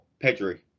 Pedri